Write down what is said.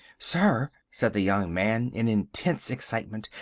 sir, said the young man in intense excitement,